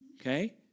Okay